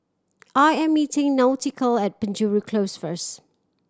I am meeting Nautica at Penjuru Close first